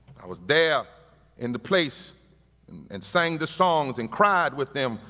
i was there in the place and sang the songs and cried with them,